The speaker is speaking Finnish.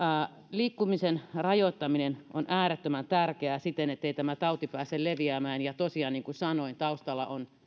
liikkumisen rajoittaminen on äärettömän tärkeää siten ettei tämä tauti pääse leviämään ja tosiaan niin kuin sanoin taustalla on